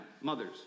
mothers